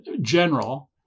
general